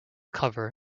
cover